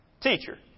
Teacher